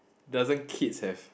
doesn't kids have